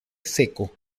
seco